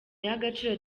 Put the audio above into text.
y’agaciro